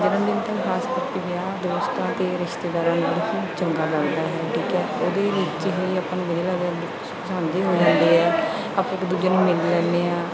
ਜਨਮਦਿਨ ਤਾਂ ਖ਼ਾਸ ਕਰਕੇ ਵਿਆਹ ਦੋਸਤਾਂ ਅਤੇ ਰਿਸ਼ਤੇਦਾਰਾਂ ਨੂੰ ਦੇਖ ਕੇ ਚੰਗਾ ਲੱਗਦਾ ਹੈ ਠੀਕ ਹੈ ਉਹਦੇ ਵਿੱਚ ਹੀ ਆਪਾਂ ਨੂੰ ਵਧੀਆ ਲੱਗਦਾ ਹੈ ਦੁੱਖ ਸੁੱਖ ਸਾਂਝੇ ਹੋ ਜਾਂਦੇ ਹੈ ਆਪਾ ਇੱਕ ਦੂਜੇ ਨੂੰ ਮਿਲ ਲੈਂਦੇ ਹਾਂ